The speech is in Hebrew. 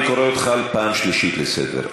אני קורא אותך פעם שלישית לסדר.